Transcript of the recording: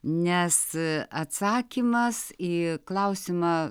nes atsakymas į klausimą